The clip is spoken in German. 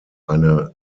eine